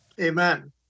Amen